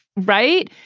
right.